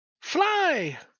Fly